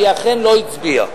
והיא אומנם לא הצביעה.